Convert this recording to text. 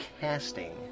casting